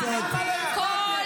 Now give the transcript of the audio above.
חברי הכנסת.